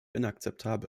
inakzeptabel